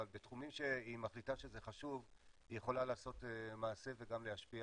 אבל בתחומים שהיא מחליטה שזה חשוב היא יכולה לעשות מעשה וגם להשפיע,